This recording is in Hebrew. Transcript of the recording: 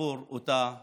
עבור אותה מטרה.